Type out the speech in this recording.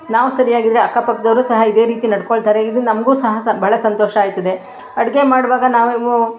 ನಾವು ಸರಿಯಾಗಿದ್ದರೆ ಅಕ್ಕಪಕ್ಕದವ್ರು ಸಹ ಇದೆ ರೀತಿ ನಡ್ಕೊಳ್ತಾರೆ ಇದು ನಮಗೂ ಸಹ ಸ ಭಾಳ ಸಂತೋಷ ಆಗ್ತದೆ ಅಡುಗೆ ಮಾಡುವಾಗ ನಾವು